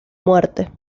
muerte